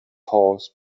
horse